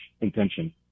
intention